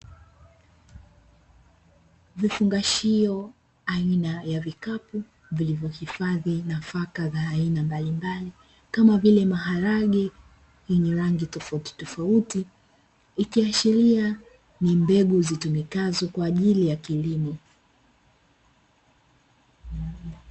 Vifungashio aina ya vikapu vilivyo hifadhi nafaka za aina mbalimbali kama vile maharage, yenye rangi tofautitofauti ikiashiria ni mbegu zitumikazo kwaajili ya kilimo.